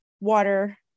water